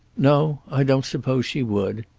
no. i don't suppose she would.